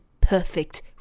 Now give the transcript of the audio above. perfect